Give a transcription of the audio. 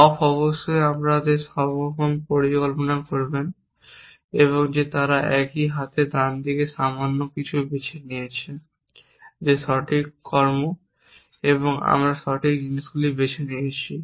of অবশ্যই আমরা সম্ভবত পর্যবেক্ষণ করব যে তারা এখানে একটি হাতের ডানদিকে সামান্য কিছু বেছে নিয়েছে যে সঠিক কর্ম এবং সঠিক জিনিসগুলি বেছে নিয়েছে